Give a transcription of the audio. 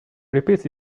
repeats